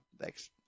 Thanks